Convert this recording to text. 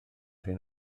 hyn